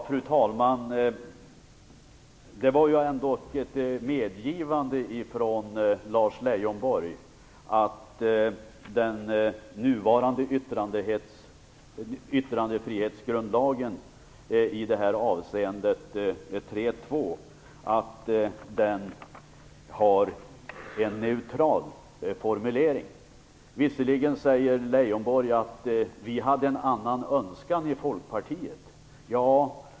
Fru talman! Det var ändå ett medgivande från Lars Leijonborg att den nuvarande yttrandefrihetsgrundlagen - i det här fallet 3 kap. 2 §- har en neutral formulering. Lars Leijonborg säger visserligen att Folkpartiet hade en annan önskan.